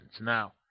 Now